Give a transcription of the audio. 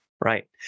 Right